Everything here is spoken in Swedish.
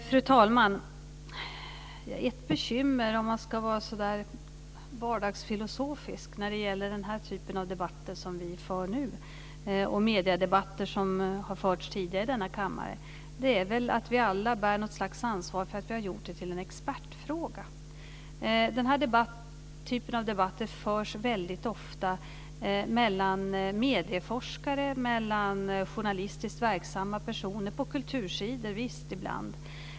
Fru talman! Om man ska vara vardagsfilosofisk är det ett bekymmer, när det gäller den här typen av debatter och mediedebatter som har förts tidigare i denna kammare, att vi alla bär ett ansvar för att vi har gjort det till en expertfråga. Den här typen av debatter förs ofta mellan medieforskare och journalistiskt verksamma personer. Visst görs det ibland på kultursidor.